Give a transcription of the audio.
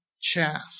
chaff